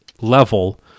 level